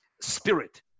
spirit